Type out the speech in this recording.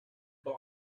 boy